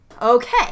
Okay